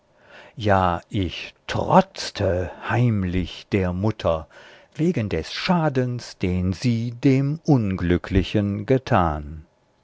ja ich trotzte heimlich der mutter wegen des schadens den sie dem unglücklichen getan